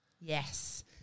Yes